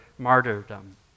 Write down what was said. martyrdom